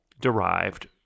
derived